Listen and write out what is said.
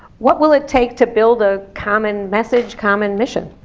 what will it take to build a common message, common mission?